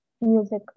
music